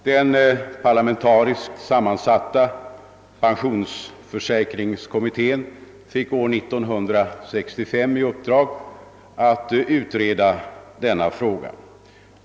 Den parlamentariskt sammansatta pensionsförsäkringskommittén fick år 1965 i uppdrag att utreda denna fråga.